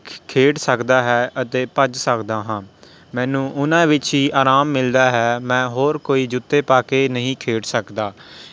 ਖੇਡ ਸਕਦਾ ਹਾਂ ਅਤੇ ਭੱਜ ਸਕਦਾ ਹਾਂ ਮੈਨੂੰ ਉਹਨਾਂ ਵਿੱਚ ਹੀ ਆਰਾਮ ਮਿਲਦਾ ਹੈ ਮੈਂ ਹੋਰ ਕੋਈ ਜੁੱਤੇ ਪਾ ਕੇ ਨਹੀਂ ਖੇਡ ਸਕਦਾ